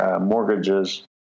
mortgages